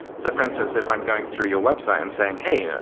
so for instance, if i'm going through your website and saying, hey, ah